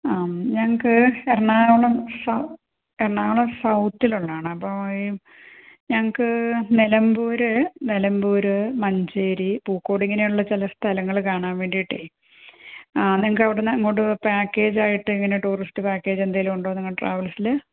ആ ഞങ്ങൾക്ക് എറണാകുളം സൗ എറണാകുളം സൗത്തിൽ ഉള്ളതാണ് അപ്പോൾ ഈ ഞങ്ങൾക്ക് നിലമ്പൂർ നിലമ്പൂർ മഞ്ചേരി പൂക്കോട് ഇങ്ങനെയുള്ള ചില സ്ഥലങ്ങൾ കാണാൻ വേണ്ടിയിട്ടേ നിങ്ങൾക്ക് അവിടുന്ന് അങ്ങോട്ട് പാക്കേജ് ആയിട്ട് ഇങ്ങനെ ടൂറിസ്റ്റ് പാക്കേജ് എന്തെങ്കിലും ഉണ്ടോ നിങ്ങളുടെ ട്രാവല്സിൽ